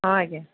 ହଁ ଆଜ୍ଞା